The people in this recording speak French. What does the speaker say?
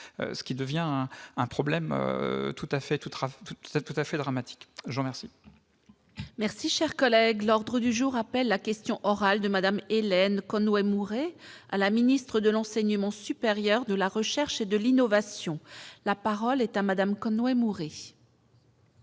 tout à fait tout, c'est tout à fait dramatique Jean merci. Merci, chers collègues, l'ordre du jour appelle la question orale de Madame Hélène Conway Mouret à la ministre de l'enseignement supérieur de la recherche et de l'innovation, la parole est à Madame Conway mourez.